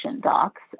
docs